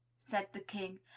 said the king,